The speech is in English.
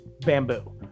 bamboo